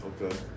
Okay